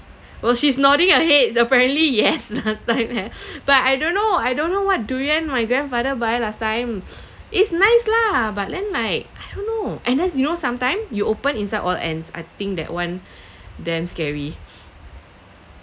oh she's nodding her heads apparently yes last time had but I don't know I don't know what durian my grandfather buy last time it's nice lah but then like I don't know and then you know sometime you open inside all ants I think that one damn scary